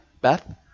Beth